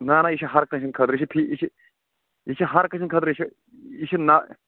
نہَ نَہ یہِ چھِ ہر کٲنٛسہِ ہِنٛدِ خٲطرٕ یہِ چھِ فی یہِ چھِ یہِ چھِ ہر کٲنٛسہِ ہِنٛدِ خٲطرٕ یہِ چھِ یہِ چھِ نہَ